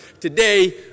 Today